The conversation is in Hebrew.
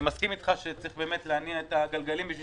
אני מסכים איתך שצריך להניע את הגלגלים כדי